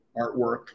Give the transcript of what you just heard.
artwork